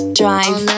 drive